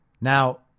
Now